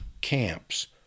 camps